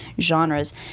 genres